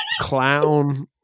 clown